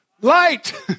light